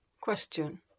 Question